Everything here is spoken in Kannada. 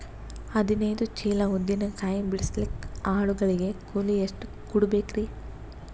ಹದಿನೈದು ಚೀಲ ಉದ್ದಿನ ಕಾಯಿ ಬಿಡಸಲಿಕ ಆಳು ಗಳಿಗೆ ಕೂಲಿ ಎಷ್ಟು ಕೂಡಬೆಕರೀ?